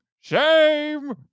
shame